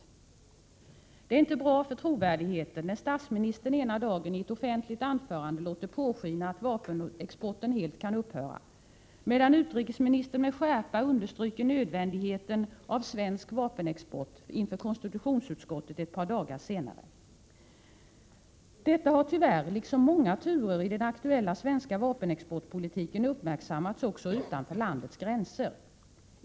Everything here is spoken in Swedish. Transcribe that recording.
Det är inte bra för trovärdigheten när statsministern ena dagen i ett offentligt anförande låter påskina att vapenexporten helt kan upphöra, medan utrikesministern med skärpa understryker nödvändigheten av svensk vapenexport inför konstitutionsutskottet ett par dagar senare. Detta har tyvärr, liksom många turer i den aktuella svenska vapenexportpolitiken, uppmärksammats också utanför landets gränser.